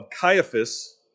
Caiaphas